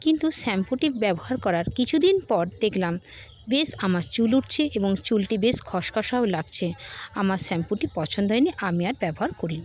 কিন্তু শ্যাম্পুটি ব্যবহার করার কিছুদিন পর দেখলাম বেশ আমার চুল উঠছে এবং চুলটি বেশ খসখসাও লাগছে আমার শ্যাম্পুটি পছন্দ হয়নি আমি আর ব্যবহার করিনি